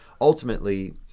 ultimately